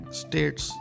states